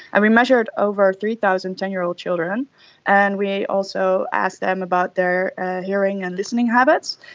and we measured over three thousand ten-year-old children and we also asked them about their ah hearing and listening habits.